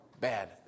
bad